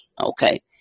Okay